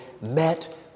met